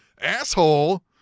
asshole